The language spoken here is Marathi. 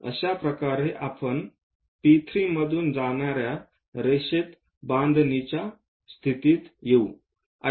अशाप्रकारे आपण P3 मधून जाणार्या रेषेत बांधणीच्या स्थितीत येऊ